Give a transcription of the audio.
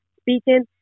speaking